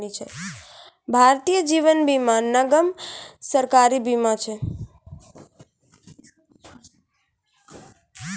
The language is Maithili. भारतीय जीवन बीमा निगम, सरकारी बीमा कंपनी छै